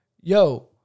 Yo